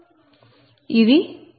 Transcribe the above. ఇది సమీకరణం